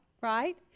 right